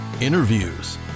interviews